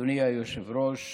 אדוני היושב-ראש,